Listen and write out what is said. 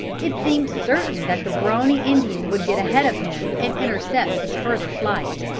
it seemed certain that the brawny indian would get ahead of him and intercept his further flight.